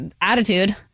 attitude